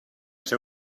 ser